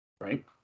right